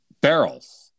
Barrels